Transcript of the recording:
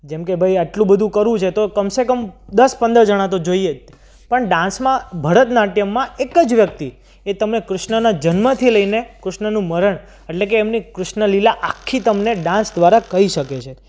જેમ કે ભાઈ આટલું બધું કરવું છે તો કમ સે કમ દસ પંદર જણા તો જોઈએ પણ ડાન્સમાં ભરતનાટ્યમમાં એક જ વ્યક્તિ એ તમને કૃષ્ણના જન્મથી લઈને કૃષ્ણનું મરણ એટલે કે એમની કૃષ્ણલીલા આખી તમને ડાન્સ દ્વારા કહી શકે છે